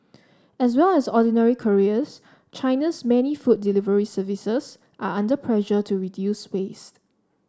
as well as ordinary couriers China's many food delivery services are under pressure to reduce waste